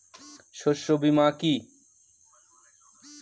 শস্য বীমা কি?